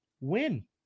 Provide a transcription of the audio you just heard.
win